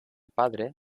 padre